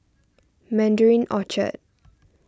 Mandarin Orchard